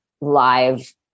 live